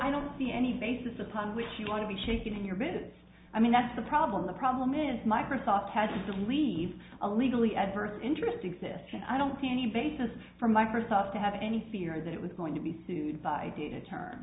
i don't see any basis upon which you want to be shaking your business i mean that's the problem the problem is microsoft had to leave a legally adverse interest exists and i don't see any basis for microsoft to have any fear that it was going to be sued by